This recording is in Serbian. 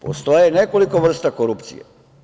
Postoje nekoliko vrsta korupcije.